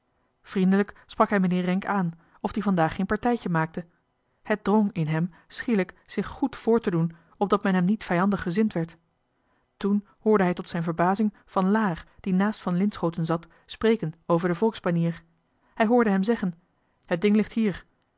hij nu meneer renck aan of die vandaag geen partijtje maakte het drong in hem schielijk zich goed voor te doen opdat men hem niet vijandig gezind werd toen hoorde hij tot zijn verbazing van laer die naast van linschooten zat spreken over de volksbanier hij hoorde hem zeggen het ding ligt hier